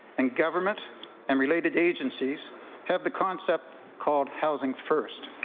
and government and related agencies have the concept called housing first.